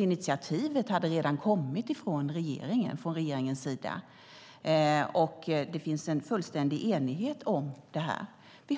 Initiativet hade redan kommit från regeringens sida. Det finns en fullständig enighet om detta. Det